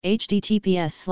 https